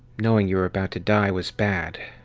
knowing you were about to die was bad,